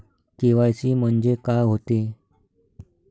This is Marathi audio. के.वाय.सी म्हंनजे का होते?